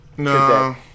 No